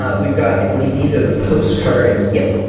ah we've got i believe these are the postcards, yep!